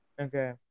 Okay